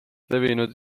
levinud